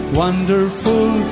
wonderful